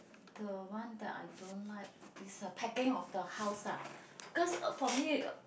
the one that I don't like is the packing of the house lah cause uh for me uh